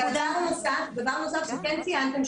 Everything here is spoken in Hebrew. דבר נוסף שכן ציינתם,